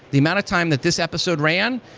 the amount of time that this episode ran,